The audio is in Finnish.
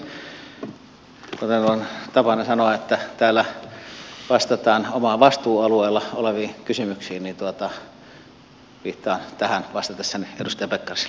kuten on tapana sanoa että täällä vastataan omalla vastuualueella oleviin kysymyksiin niin viittaan tähän vastatessani edustaja pekkariselle